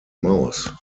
maus